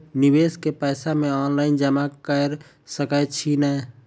निवेश केँ पैसा मे ऑनलाइन जमा कैर सकै छी नै?